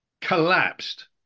collapsed